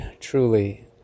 truly